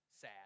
sad